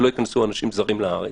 שלא ייכנסו אנשים זרים לארץ,